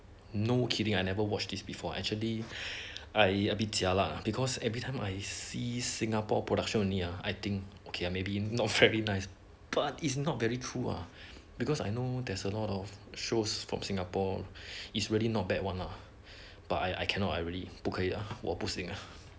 no kidding I never watch this before actually I ah bit jialat ah because everytime I see singapore production only ah I think okay uh maybe not very nice but is not very true ah because I know there's a lot of shows from singapore is really not bad one lah but I I cannot I really 不可以啊我不行